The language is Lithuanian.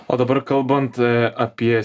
o dabar kalbant a apie